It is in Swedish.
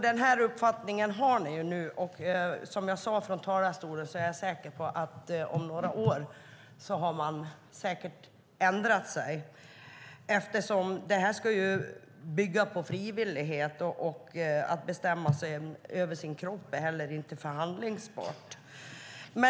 Den uppfattningen har ni nu, och som jag sade i mitt anförande är jag säker på att man om några år har ändrat sig. Detta ska ju bygga på frivillighet, och att bestämma över sin kropp är inte förhandlingsbart.